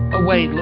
away